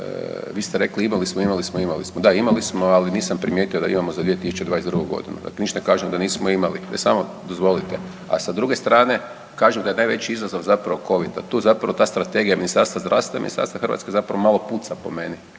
vi ste rekli imali smo, imali smo, imali smo. Da, imali smo, ali nisam primijetio da imamo za 2022.g., dakle ništa ne kažem da nismo imali, ne samo, dozvolite, a sa druge strane kažem da je najveći izazov zapravo covid da tu zapravo ta strategija Ministarstva zdravstva i Ministarstva …/Govornik se ne razumije/…zapravo malo puca po meni,